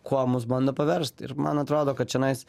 kuo mus bando paverst ir man atrodo kad čionais